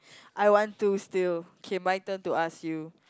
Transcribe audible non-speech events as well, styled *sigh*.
*breath* I want two still K my turn to ask you